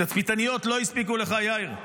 התצפיתניות לא הספיקו לך, יאיר?